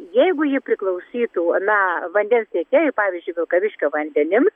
jeigu ji priklausytų na vandens tiekėjui pavyzdžiui vilkaviškio vandenim